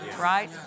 right